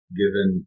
given